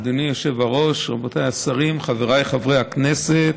אדוני היושב-ראש, רבותיי השרים, חבריי חברי הכנסת,